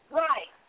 right